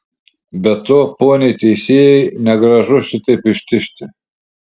be to poniai teisėjai negražu šitaip ištižti